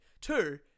Two